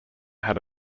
had